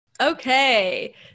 Okay